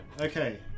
Okay